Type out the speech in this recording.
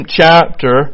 chapter